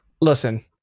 listen